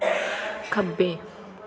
ਖੱਬੇ